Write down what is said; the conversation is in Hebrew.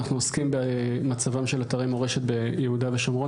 אנחנו עוסקים במצבם של אתרי מורשת ביהודה ושומרון.